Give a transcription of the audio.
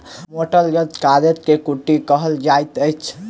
मोटगर कागज के कूट कहल जाइत अछि